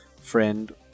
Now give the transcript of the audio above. friend